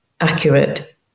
accurate